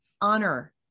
honor